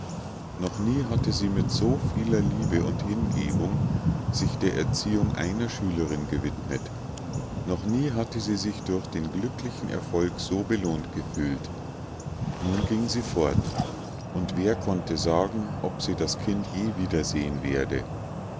noch nie hatte sie mit so vieler liebe und hingebung sich der erziehung einer schülerin gewidmet noch nie hatte sie sich durch den glücklichen erfolg so belohnt gefühlt nun ging sie fort und wer konnte sagen ob sie das kind je wiedersehen werde